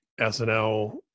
snl